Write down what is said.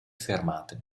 fermate